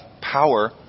power